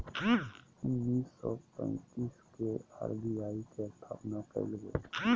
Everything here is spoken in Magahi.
उन्नीस सौ पैंतीस के आर.बी.आई के स्थापना कइल गेलय